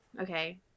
okay